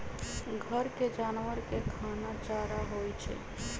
घर के जानवर के खाना चारा होई छई